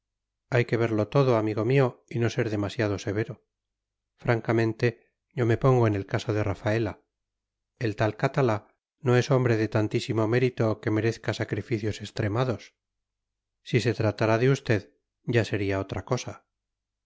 hay que verlo todo amigo mío y no ser demasiado severo francamente yo me pongo en el caso de rafaela el tal catalá no es hombre de tantísimo mérito que merezca sacrificios extremados si se tratara de usted ya sería otra cosa